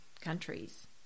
countries